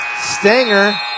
Stanger